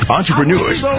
entrepreneurs